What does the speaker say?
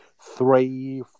three